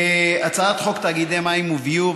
הצעת חוק תאגידי מים וביוב,